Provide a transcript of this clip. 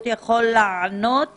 כבר ביוני --- הם רצו לארגן את